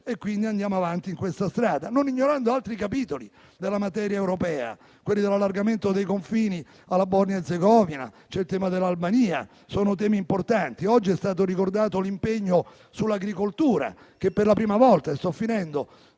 quindi andiamo avanti in questa strada. Non ignoriamo altri capitoli della materia europea, quell'argomento dei confini alla Bosnia Erzegovina e c'è il tema dell'Albania. Sono temi importanti e oggi è stato ricordato l'impegno sull'agricoltura che, per la prima volta, è stato